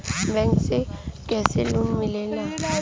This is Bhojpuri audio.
बैंक से कइसे लोन मिलेला?